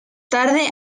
tarde